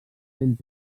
sent